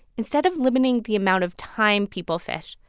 instead of limiting the amount of time people fish,